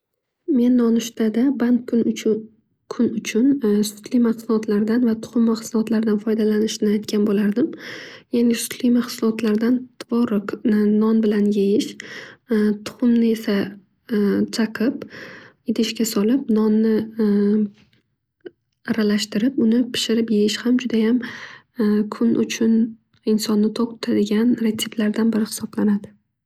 Men nonushtada band kun uchun sutli mahsulotlardan va tuxum mahsulotlardan foydalanishni aytgan bo'lardim. Yani sutli mahsulotlardan tvorogni non bn yeyish, tuxumni esa chaqib idishga solib nonni aralashtirib uni pishirib yeyish ham judayam kun uchun insonni to'q tutadigan retseplardan biri hisoblanadi.